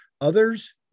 Others